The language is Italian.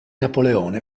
napoleone